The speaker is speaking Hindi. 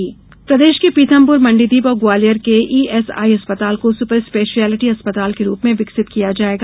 श्रमिक अस्पताल प्रदेश के पीथमपुर मंडीदीप और ग्वालियर के ईएसआई अस्पताल को सुपर स्पेशियलिटी अस्पताल के रूप में विकसित किया जाएगा